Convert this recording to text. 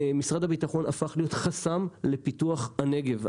שמשרד הביטחון הפך להיות חסם לפיתוח הנגב.